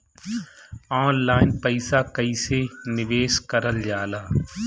Online पईसा कईसे निवेश करल जाला?